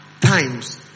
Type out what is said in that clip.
times